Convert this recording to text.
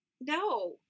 No